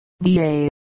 VA